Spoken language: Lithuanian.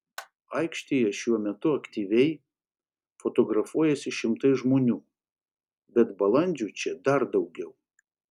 aikštėje šiuo metu aktyviai fotografuojasi šimtai žmonių bet balandžių čia dar daugiau